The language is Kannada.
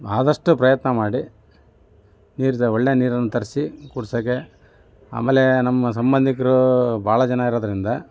ಆದಷ್ಟು ಪ್ರಯತ್ನ ಮಾಡಿ ನೀರ್ದ ಒಳ್ಳೆಯ ನೀರನ್ನು ತರಿಸಿ ಕುಡ್ಸೋಕ್ಕೆ ಆಮೇಲೆ ನಮ್ಮ ಸಂಬಂಧಿಕರು ಭಾಳ ಜನ ಇರೋದ್ರಿಂದ